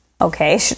okay